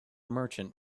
merchant